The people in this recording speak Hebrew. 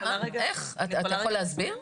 אתה יכול להסביר?